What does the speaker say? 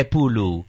Pulu